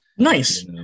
Nice